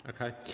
Okay